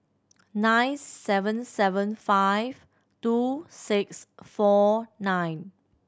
nine seven seven five two six four nine